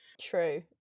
true